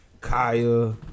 Kaya